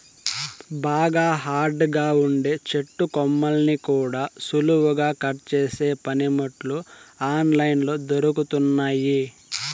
బాగా హార్డ్ గా ఉండే చెట్టు కొమ్మల్ని కూడా సులువుగా కట్ చేసే పనిముట్లు ఆన్ లైన్ లో దొరుకుతున్నయ్యి